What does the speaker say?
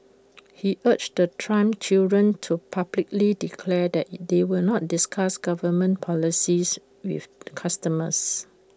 he urged the Trump children to publicly declare that they will not discuss government policies with customers